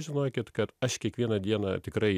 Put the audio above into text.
žinokit kad aš kiekvieną dieną tikrai